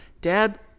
dad